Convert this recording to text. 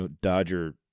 Dodger